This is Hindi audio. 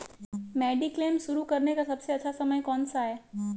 मेडिक्लेम शुरू करने का सबसे अच्छा समय कौनसा है?